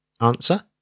Answer